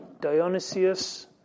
Dionysius